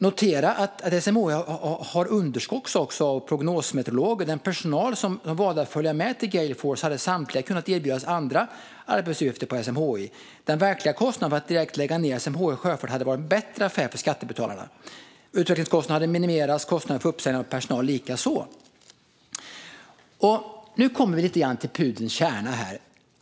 Notera också att SMHI har ett underskott av prognosmeteorologer. Den personal som valde att följa med till Gale Force hade samtliga kunnat erbjudas andra arbetsuppgifter på SMHI. Att direkt lägga ned SMHI Sjöfart hade varit en bättre affär för skattebetalarna. Utvecklingskostnaden hade minimerats, och kostnaden för uppsägning av personal likaså. Nu kommer vi lite grann till pudelns kärna.